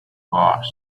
boss